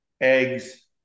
eggs